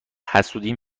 حسودیم